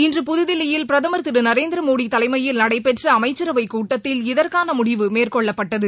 இன்று புதுதில்லியில் பிரதமர் திருநரேந்திரமோடிதலைமையில் நடைபெற்றஅமைச்சரவைக் கூட்டத்தில் இதற்கானமுடிவு மேற்கொள்ளப்பட்டது